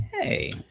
Hey